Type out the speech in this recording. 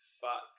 Fuck